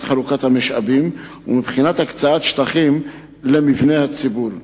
חלוקת המשאבים ומבחינת הקצאת שטחים למבני ציבור.